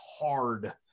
hard